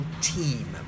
team